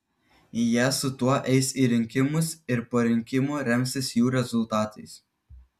jie su tuo eis į rinkimus ir po rinkimų remsis jų rezultatais